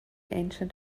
ancient